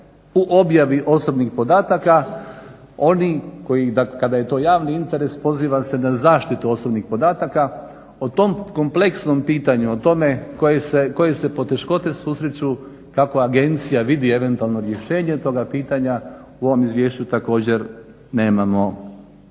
u objavi osobnih podataka oni kada je to javni interes poziva se na zaštitu osobnih podataka. O tom kompleksnom pitanju, o tome koje se poteškoće susreću, kako agencija vidi eventualno rješenje toga pitanja u ovom izvješću također nemamo niti